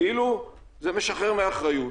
כאילו זה משחרר מהאחריות.